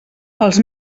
els